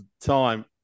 time